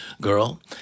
girl